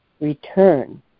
return